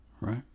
right